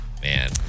Man